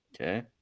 Okay